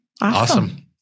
awesome